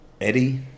Eddie